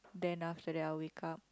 then after that I'll wake up